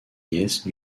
nièce